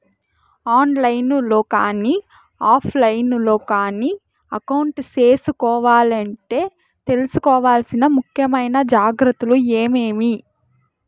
On line లో కానీ offline లో కానీ అకౌంట్ సేసుకోవాలంటే తీసుకోవాల్సిన ముఖ్యమైన జాగ్రత్తలు ఏమేమి?